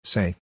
Say